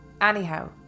Anyhow